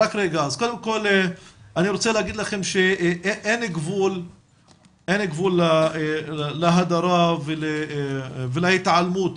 כרגע נמסר לנו שראש העיר מסרב להעלות